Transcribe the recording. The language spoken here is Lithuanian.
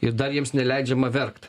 ir dar jiems neleidžiama verkt